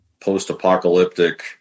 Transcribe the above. post-apocalyptic